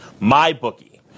MyBookie